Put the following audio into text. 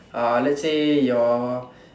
uh let's say your